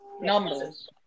numbers